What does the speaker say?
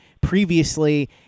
previously